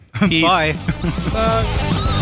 Bye